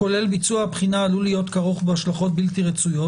כולל "ביצוע הבחינה עלול להיות כרוך בהשלכות בלתי רצויות",